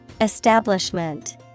Establishment